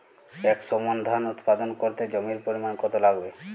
একশো মন ধান উৎপাদন করতে জমির পরিমাণ কত লাগবে?